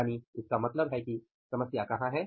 यानि इसका मतलब है कि समस्या कहाँ है